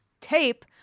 tape